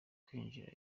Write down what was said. kwinjira